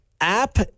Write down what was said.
app